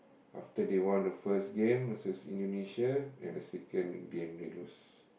after that won the first game versus Indonesia and the second big game they lose